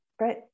Right